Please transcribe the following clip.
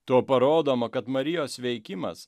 tuo parodoma kad marijos veikimas